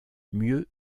mieux